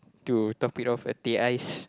to top it off teh ais